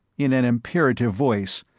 in an imperative voice,